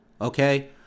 Okay